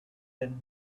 been